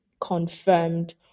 confirmed